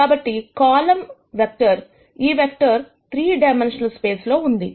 కాబట్టి column vector ఈ vector 3 dimensional space లో ఉంది